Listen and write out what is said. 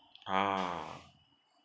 ah